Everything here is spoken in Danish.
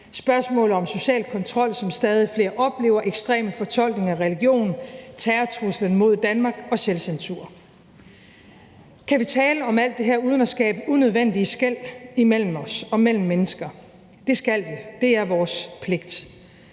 spørgsmålet om social kontrol, som stadig flere oplever, ekstreme fortolkninger af religion, terrortruslen mod Danmark og selvcensur. Kan vi tale om alt det her uden at skabe unødvendige skel imellem os og mellem mennesker? Det skal vi kunne, det er vores pligt.